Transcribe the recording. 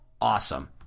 Awesome